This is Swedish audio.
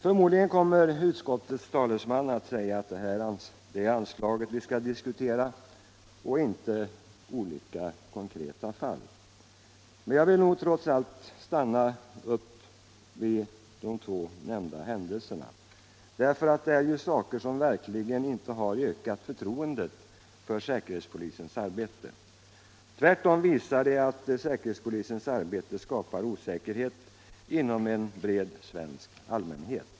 Förmodligen kommer utskottets talesman att säga att det är anslaget vi skall diskutera och inte olika konkreta fall, men jag vill nog trots allt stanna upp vid de två nämnda händelserna som sannerligen inte har ökat förtroendet för säkerhetspolisens arbete. Tvärtom visar de att säkerhetspolisens arbete skapar osäkerhet hos en bred svensk allmänhet.